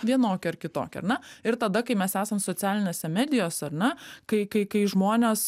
vienokį ar kitokį ar ne ir tada kai mes esam socialinėse medijose ar ne kai kai kai žmonės